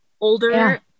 older